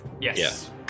Yes